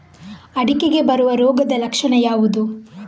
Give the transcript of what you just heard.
ಅಡಿಕೆಗೆ ಬರುವ ರೋಗದ ಲಕ್ಷಣ ಯಾವುದು?